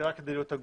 רק כדי להיות הגון.